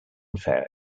fair